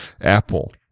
Apple